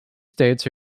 states